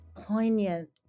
poignant